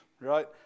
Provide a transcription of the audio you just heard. right